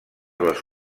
les